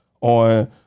on